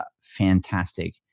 fantastic